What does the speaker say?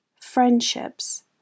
friendships